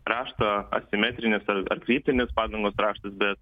raštą asimetrinis ar ar kryptinis padangos raštas bet